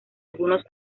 algunos